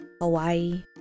Hawaii